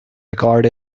record